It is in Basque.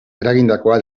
eragindakoa